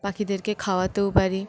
পাখিদেরকে খাওয়াতেও পারি